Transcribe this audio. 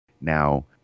Now